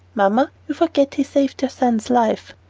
mamma, you forget he saved your son's life.